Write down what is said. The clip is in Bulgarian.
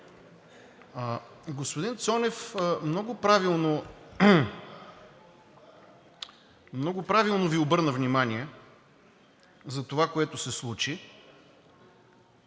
Господин Цонев много правилно Ви обърна внимание за това, което се случи.